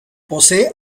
posee